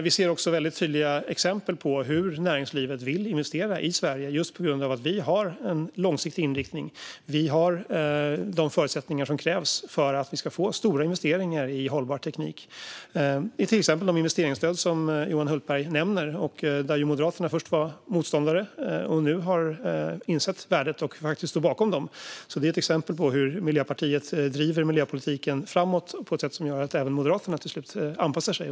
Vi ser också tydliga exempel på hur näringslivet vill investera i Sverige, just tack vare att vi har en långsiktig inriktning och att vi har de förutsättningar som krävs för att göra stora investeringar i hållbar teknik. Ett exempel är de investeringsstöd som Johan Hultberg nämner där Moderaterna först var motståndare och nu har insett värdet och står bakom dem. Det är ett exempel på hur Miljöpartiet driver miljöpolitiken framåt på ett sätt som gör att även Moderaterna till slut anpassar sig.